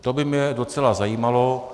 To by mě docela zajímalo.